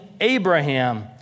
Abraham